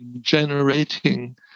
generating